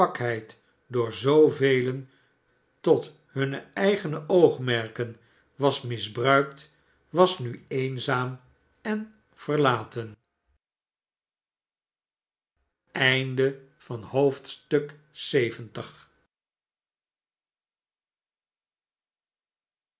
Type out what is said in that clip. door zoovelen tot hunne eigene oogmerken was misbruikt was nu eenzaam en verlaten